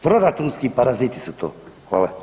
Proračunski paraziti su to, hvala.